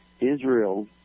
Israel